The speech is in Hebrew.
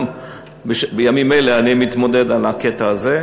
גם בימים אלה אני מתמודד עם הקטע הזה.